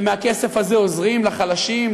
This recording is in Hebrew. ומהכסף הזה עוזרים לחלשים,